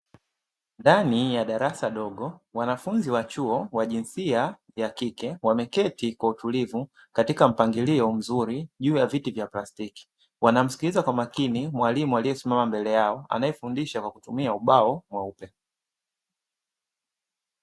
Ndani ya darasa dogo wanafunzi wa chuo wa jinsia ya kike wameketi kwa utulivu katika mpangilio mzuri juu ya viti vya plastiki, wanamsikiliza kwa makini mwalimu aliyesimama mbele yao anayefundisha kwa kutumia ubao mweupe.